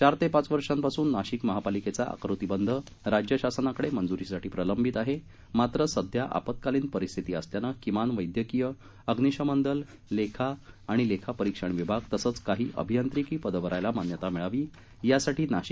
चार ते पाच वर्षांपासून नाशिक महापालिकेचा आकृतिबंध राज्य शासनाकडे मंजुरीसाठी प्रलंबित आहे मात्र सध्या आपत्कालीन परिस्थिती असल्यानं किमान वद्यक्रीय अग्निशमन दल लेखा आणि लेखा परीक्षण विभाग तसंच काही अभियांत्रिकी पदं भरायला मान्यता मिळावी यासाठी नाशिक महापालिकेच्या वतीनं पाठपुरावा सुरू होता